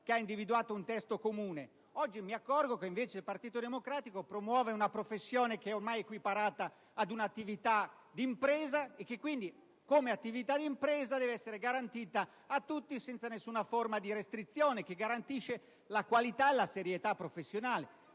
del PD in quella sede. Oggi mi accorgo che, invece, il Partito Democratico promuove una professione che è ormai equiparata ad un'attività di impresa e che quindi, come tale, deve essere garantita a tutti, senza nessuna forma di restrizione volta a preservare la qualità e la serietà professionale.